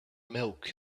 milk